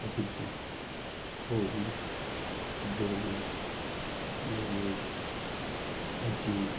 Abhijit Rohit Durgesh Yogesh Ajit